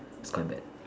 it's quite bad